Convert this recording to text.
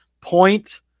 point